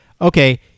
okay